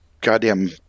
goddamn